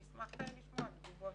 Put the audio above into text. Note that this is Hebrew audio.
נשמח לשמוע תגובות.